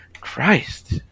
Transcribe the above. Christ